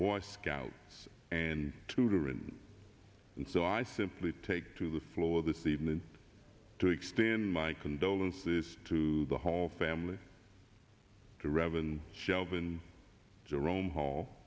boy scouts and tutoring and so i simply take to the floor this evening to extend my condolences to the whole family to reverend sheldon jerome hall